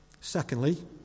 Secondly